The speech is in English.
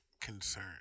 concern